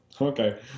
Okay